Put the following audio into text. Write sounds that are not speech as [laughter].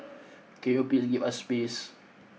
[noise] can you please give us space